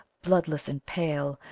bloodless and pale,